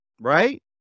Right